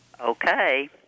Okay